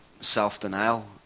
self-denial